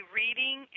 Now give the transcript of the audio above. reading